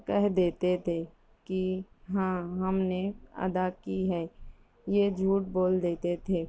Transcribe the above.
کہہ دیتے تھے کہ ہاں ہم نے ادا کی ہے یہ جھوٹ بول دیتے تھے